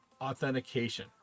authentication